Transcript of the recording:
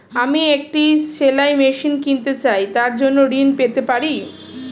আমি একটি সেলাই মেশিন কিনতে চাই তার জন্য ঋণ পেতে পারি?